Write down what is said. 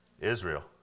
Israel